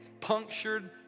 punctured